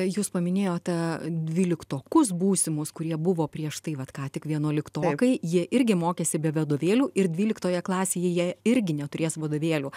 jūs paminėjote dvyliktokus būsimus kurie buvo prieš tai vat ką tik vienuoliktokai jie irgi mokėsi be vadovėlių ir dvyliktoje klasėje jie irgi neturės vadovėlių